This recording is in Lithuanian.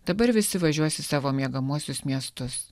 dabar visi važiuos į savo miegamuosius miestus